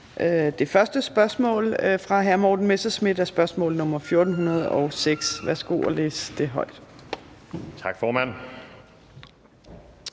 Det første spørgsmål fra hr. Morten Messerschmidt er spørgsmål nr. 1406. Kl. 15:32 Spm. nr.